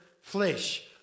flesh